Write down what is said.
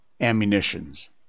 ammunitions